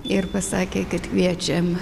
ir pasakė kad kviečiam